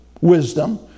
wisdom